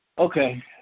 Okay